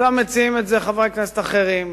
עכשיו מציעים את זה חברי כנסת אחרים,